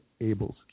Abel's